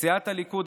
סיעת הליכוד,